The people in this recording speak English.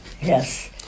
Yes